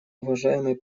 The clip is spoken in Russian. уважаемый